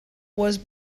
was